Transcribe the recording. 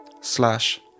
slash